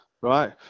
right